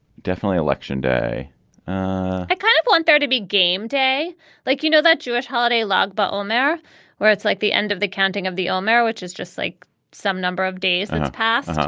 definitely election day i kind of want there to be game day like, you know, that jewish holiday log. but and there where it's like the end of the counting of the ulmarra, which is just like some number of days and passed.